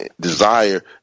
desire